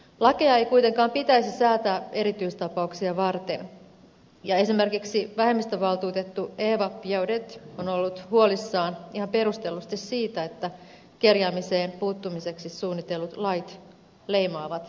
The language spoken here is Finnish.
lakeja ei kuitenkaan pitäisi säätää erityistapauksia varten ja esimerkiksi vähemmistövaltuutettu eva biaudet on ollut huolissaan ihan perustellusti siitä että kerjäämiseen puuttumiseksi suunnitellut lait leimaavat nimenomaan romanikansalaisia